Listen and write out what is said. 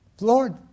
Lord